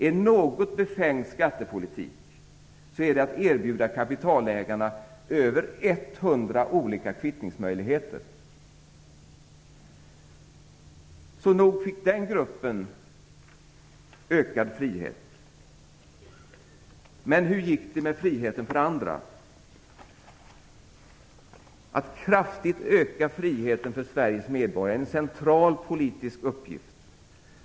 Om något är befängd skattepolitik så är det att erbjuda kapitalägarna över 100 olika kvittningsmöjligheter. Nog fick den gruppen ökad frihet. Men hur gick det med friheten för andra? Att kraftigt öka friheten för Sveriges medborgare är en central politisk uppgift.